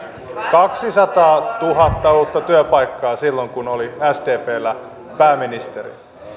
kaksisataatuhatta uutta työpaikkaa silloin kun oli sdpllä pääministeri